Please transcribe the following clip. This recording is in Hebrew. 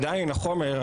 עדיין החומר,